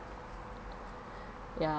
ya